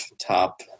top